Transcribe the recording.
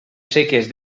seques